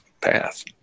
path